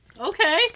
Okay